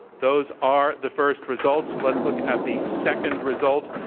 those are the first results. let's look at the second result.